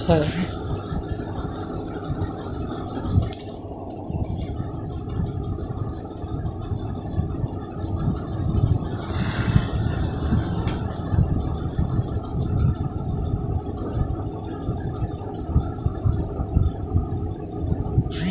फसल के विविधिकरण सॅ किसानों सिनि क बहुत लाभ होलो छै